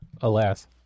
alas